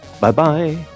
Bye-bye